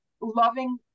loving